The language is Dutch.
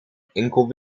enkel